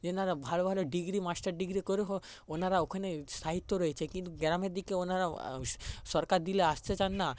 তারা ভালো ভালো ডিগ্রি মাস্টার ডিগ্রি করেও হো ওনারা ওখানে সাহিত্য রয়েছে কিন্তু গ্রামের দিকে ওনারা সরকার দিলে আসতে চান না